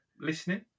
listening